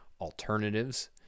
alternatives